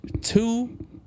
two